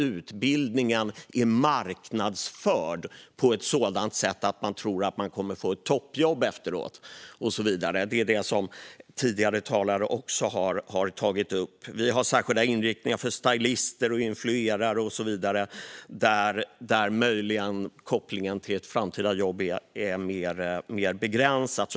Utbildningen är marknadsförd på ett sådant sätt att man tror att man kommer att få ett toppjobb efteråt. Det är något som tidigare talare också har tagit upp. Det finns särskilda inriktningar för stajlister och influerare och så vidare, och där är kopplingen till ett framtida jobb möjligen mer begränsad.